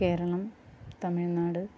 Keralam Tamil Nadu